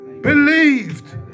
believed